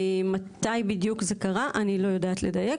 מתי בדיוק זה קרה אני לא יודעת לדייק,